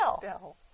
Bill